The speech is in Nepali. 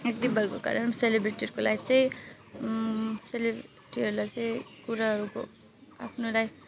एक्टिभ भएको कारण सेलिब्रेटीहरूको लाइफ चाहिँ सेलिब्रेटीहरूलाई चाहिँ कुराहरूको आफ्नो लाइफ